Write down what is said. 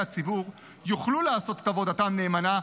הציבור יוכלו לעשות את עבודתם נאמנה.